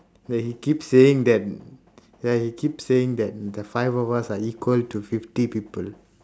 ya he keep saying that ya he keep saying that the five of us are equal to fifty people